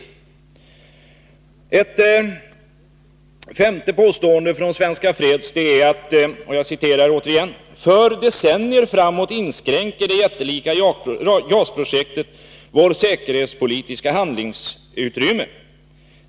Jag citerar ett femte påstående från Svenska freds: ”För decennier framåt inskränker det jättelika JAS-projektet vårt säkerhetspolitiska handlingsutrymme.